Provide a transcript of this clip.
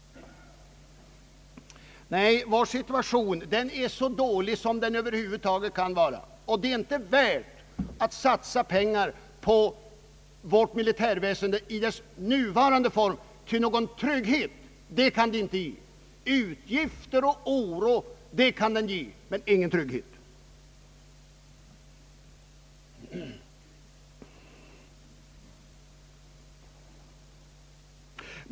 Nej, vår situation är så dålig som den över huvud taget kan vara, och det är inte värt att satsa pengar på vårt militärväsende i dess nuvarande form, ty någon trygghet kan det inte ge. Utgifter och oro kan det ge men ingen trygghet.